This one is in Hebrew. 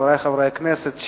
חברי חברי הכנסת,